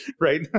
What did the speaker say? Right